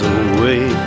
away